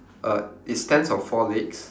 uh it stands on four legs